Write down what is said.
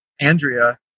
Andrea